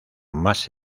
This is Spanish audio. más